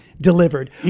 delivered